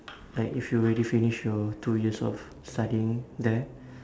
like if you already finish your two years of studying there